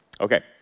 Okay